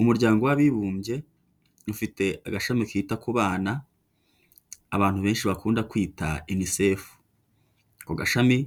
Umuryango w'abibumbye ufite agashami kita ku bana abantu benshi bakunda kwita UNICEF, ako gashami